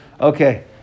Okay